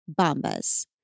Bombas